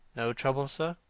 no trouble, sir.